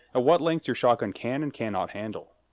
what lengths your shotgun can and cannot handle.